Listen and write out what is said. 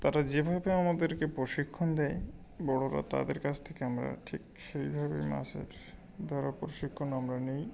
তারা যেভাবে আমাদেরকে প্রশিক্ষণ দেয় বড়রা তাদের কাছ থেকে আমরা ঠিক সেইভাবেই মাছের ধরা প্রশিক্ষণও আমরা নিই